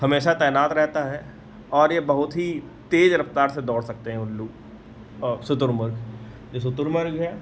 हमेशा तैनात रहता है और यह बहुत ही तेज रफ़्तार से दौड़ सकते हैं उल्लू शुतुरमुर्ग जो शुतुरमुर्ग हैं